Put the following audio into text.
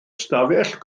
ystafell